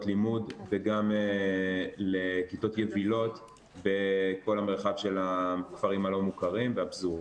לימוד וגם לכיתות יבילות בכל המרחב של הכפרים הלא מוכרים והפזורה.